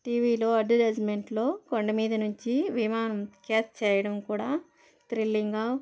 టీవీలో అడ్వర్టైజ్మెంట్లో కొండమీద నుంచి విమానం క్యాచ్ చేయడం కూడా థ్రిల్లింగ్గా